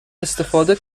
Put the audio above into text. استفاده